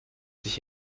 sich